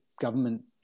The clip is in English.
government